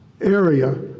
area